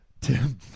Tim